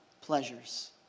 pleasures